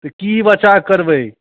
तऽ की बच्चाके करबै